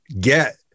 get